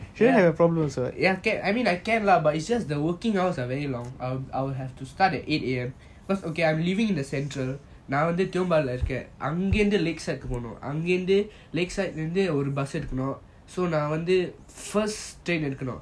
ya I mean I can lah but it's just the working hours are very long I will have to start at eight A_M cause okay I'm living in the central நான் வந்து இருக்கான் அங்க இருந்து:naan vanthu irukan anga irunthu lakeside போனும் அங்க இருந்து:ponum anga irunthu lakeside லந்து ஒரு:lanthu oru bus எடுக்கணும்:yeadukanum first train எடுக்கணும்:yeadukanum